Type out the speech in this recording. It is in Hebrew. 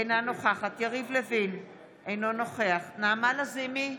אינה נוכחת יריב לוין, אינו נוכח נעמה לזימי,